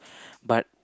but